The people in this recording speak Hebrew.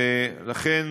ולכן,